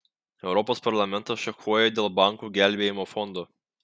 europos parlamentas šachuoja dėl bankų gelbėjimo fondo